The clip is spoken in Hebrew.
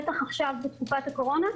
בטח עכשיו בתקופת הקורונה,